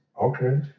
Okay